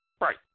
Right